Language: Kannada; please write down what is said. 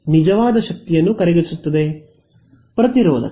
ವಿದ್ಯಾರ್ಥಿ ಪ್ರತಿರೋಧಕ